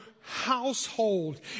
household